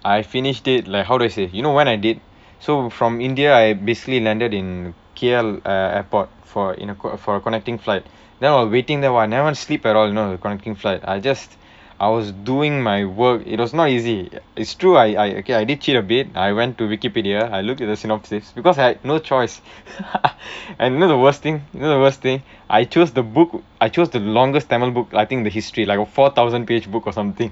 I finished it like how do I say it you know when I did so from India I basically landed in K_L uh airport for inter~ for a connecting flight then I was waiting there !wah! I never sleep at all you know the connecting flight I just I was doing my work it was not easy it's true I I okay I didn't cheat a bit I went to Wikipedia I looked at the synopsis because I had no choice and you know the worst thing you know the worst thing I choose the book I chose the longest tamil book I think the history like a four thousand page book or something